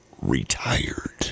retired